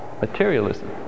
Materialism